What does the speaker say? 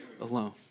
alone